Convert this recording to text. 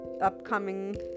upcoming